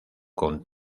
con